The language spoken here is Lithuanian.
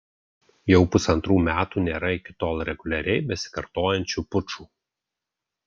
jau pusantrų metų nėra iki tol reguliariai besikartojančių pučų